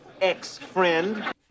ex-friend